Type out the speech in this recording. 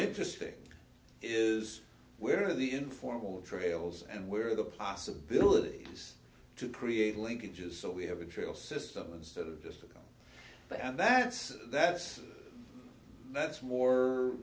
interesting is where the informant trails and where are the possibilities to create linkages so we have a trail system instead of just that and that's that's that's more